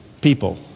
people